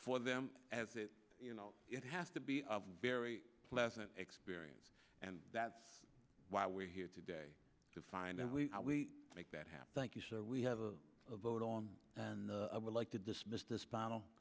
for them as it you know it has to be a very pleasant experience and that's why we're here today to find out how we make that happen thank you sir we have a vote on and would like to dismiss this